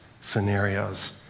scenarios